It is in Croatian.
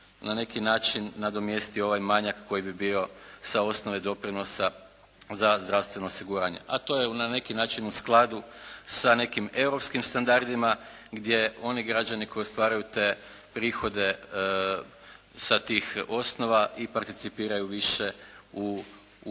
na neki način nadomjesti ovaj manjak koji bi bio sa osnove doprinosa za zdravstveno osiguranje, a to je na neki način u skladu sa nekim europskim standardima gdje oni građani koji ostvaruju te prihode sa tih osnova i participiraju više u javnoj